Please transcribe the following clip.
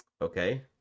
Okay